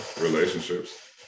relationships